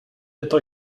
être